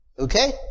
okay